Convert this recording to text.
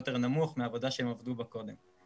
יותר נמוך מהעבודה שהם עבדו בה קודם.